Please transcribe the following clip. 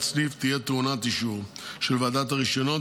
סניף תהיה טעונה אישור של ועדת הרישיונות,